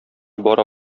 бара